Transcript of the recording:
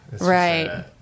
Right